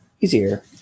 easier